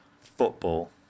football